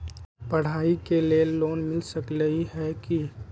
पढाई के लेल लोन मिल सकलई ह की?